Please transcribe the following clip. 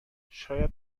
شاید